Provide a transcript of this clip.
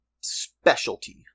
specialty